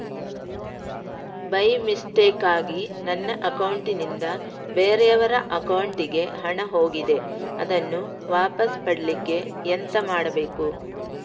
By ಮಿಸ್ಟೇಕಾಗಿ ನನ್ನ account ನಿಂದ ಬೇರೆಯವರ ಅಕೌಂಟ್ ಗೆ ಹಣ ಹೋಗಿದೆ ಅದನ್ನು ವಾಪಸ್ ಪಡಿಲಿಕ್ಕೆ ಎಂತ ಮಾಡಬೇಕು?